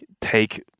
take